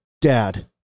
dad